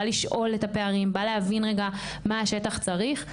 בא לשאול את הפערים בה להבין רגע מה השטח צריך.